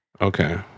Okay